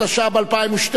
התשע"ב 2012,